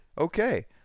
Okay